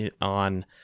on